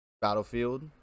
Battlefield